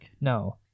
No